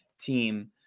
team